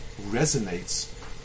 resonates